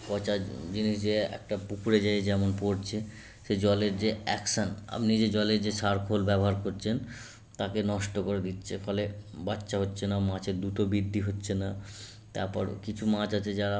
পচা জিনিস যে একটা পুকুরে যেয়ে যেমন পড়ছে সে জলের যে অ্যাকশন আপনি যে জলের যে সার খোল ব্যবহার করছেন তাকে নষ্ট করে দিচ্ছে ফলে বাচ্চা হচ্ছে না মাছের দুটো বৃদ্ধি হচ্ছে না তারপর কিছু মাছ আছে যারা